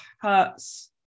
hurts